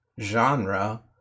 genre